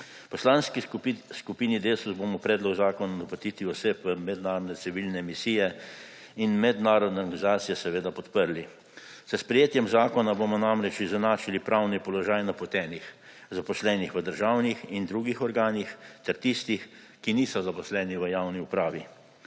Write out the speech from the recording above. Poslanski skupini Desus bomo Predlog zakona o napotitvi oseb v mednarodne civilne misije in mednarodne organizacije seveda podprli. S sprejetjem zakona bomo namreč izenačili pravni položaj napotenih, zaposlenih v državnih in drugih organih, ter tistih, ki niso zaposleni v javni upravi.